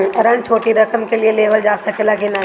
ऋण छोटी रकम के लिए लेवल जा सकेला की नाहीं?